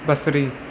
बसरी